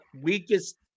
weakest